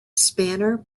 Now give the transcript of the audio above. spanner